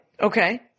Okay